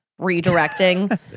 redirecting